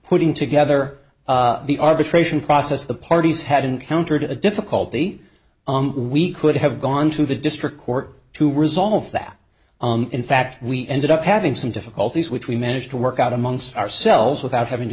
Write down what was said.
putting together the arbitration process the parties had encountered a difficulty we could have gone to the district court to resolve that on in fact we ended up having some difficulties which we managed to work out amongst ourselves without having to